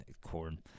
corn